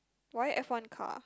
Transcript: why f-one car